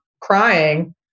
crying